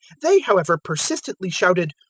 they, however, persistently shouted,